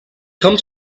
comes